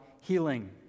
healing